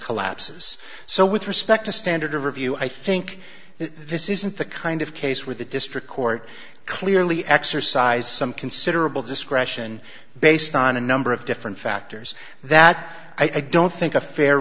collapses so with respect to standard of review i think this isn't the kind of case where the district court clearly exercise some considerable discretion based on a number of different factors that i don't think a fair